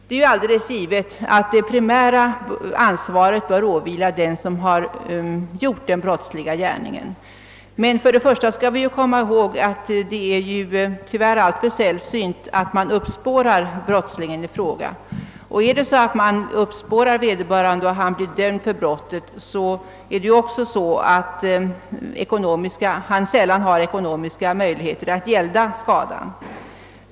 Det är alldeles givet att det primära ansvaret bör åvila den som begått den brottsliga gärningen. Men vi skall komma ihåg att det tyvärr är alltför sällsynt att man lyckas uppspåra brottslingen i fråga. Och är det så att vederbörande uppspåras och blir dömd för brottet har han sällan ekonomisk möjlighet att gälda skadan.